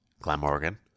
Glamorgan